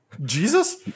Jesus